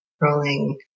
Rolling